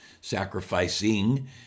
sacrificing